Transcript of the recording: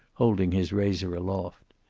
holding his razor aloft.